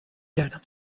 گردم